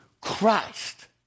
Christ